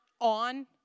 on